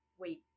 wait